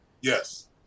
Yes